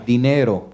Dinero